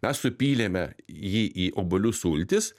mes supylėme jį į obuolių sultis